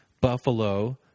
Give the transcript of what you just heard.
Buffalo